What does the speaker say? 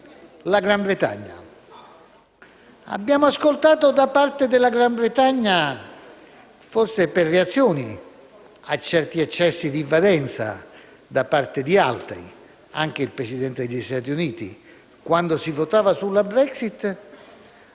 la Gran Bretagna.